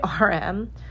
rm